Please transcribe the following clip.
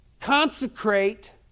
consecrate